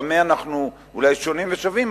במה אנחנו אולי שונים ושווים,